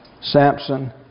Samson